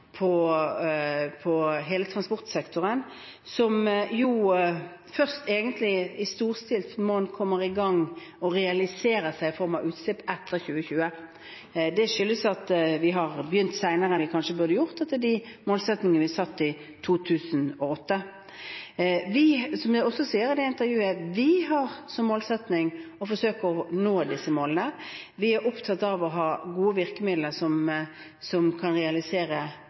hele transportsektoren, som jo i storstilt skala først kommer i gang med å bli realisert i form av utslipp etter 2020. Det skyldes at vi har begynt senere enn vi kanskje burde gjort, med de målsettingene vi satte i 2008. Som jeg også sier i det intervjuet: Vi har som målsetting å forsøke å nå disse målene. Vi er opptatt av å ha gode virkemidler som kan realisere